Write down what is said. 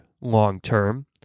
long-term